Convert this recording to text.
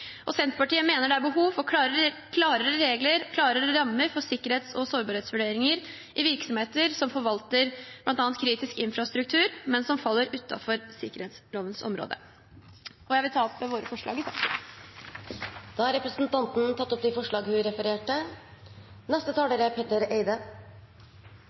områder. Senterpartiet mener det er behov for klarere regler, klarere rammer for sikkerhets- og sårbarhetsvurderinger i virksomheter som forvalter bl.a. kritisk infrastruktur, men som faller utenfor sikkerhetslovens område. Jeg vil ta opp forslagene nr. 6, 8 og 9 i saken. Da har representanten Emilie Enger Mehl tatt opp de forslagene hun refererte til.